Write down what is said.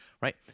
right